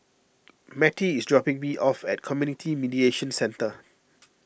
Mattie is dropping me off at Community Mediation Centre